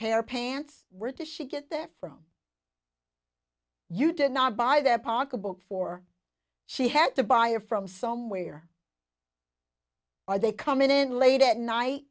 pair of pants were does she get there from you did not buy their pocketbook for she had to buy it from somewhere or they come in late at night